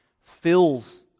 fills